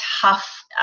tough